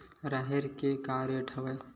राहेर के का रेट हवय?